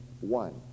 One